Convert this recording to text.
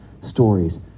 stories